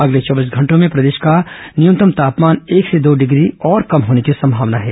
अगले चौबीस घंटों में प्रदेश का न्यूनतम तापमान एक से दो डिग्री और कम होने की संभावना है